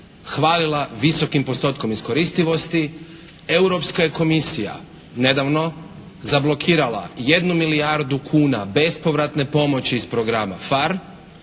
hvalila visokim postotkom iskoristivosti Europska je komisija nedavno zablokirala 1 milijardu kuna bespovratne pomoći iz programa FAR,